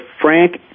Frank